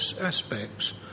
aspects